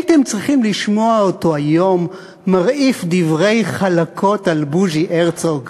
הייתם צריכים לשמוע אותו היום מרעיף דברי חלקות על בוז'י הרצוג: